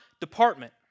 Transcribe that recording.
department